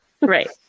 Right